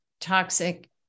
toxic